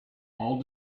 all